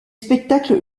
spectacles